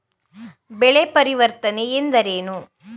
ಬೆಳೆ ಪರಿವರ್ತನೆ ಎಂದರೇನು?